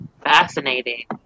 Fascinating